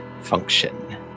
function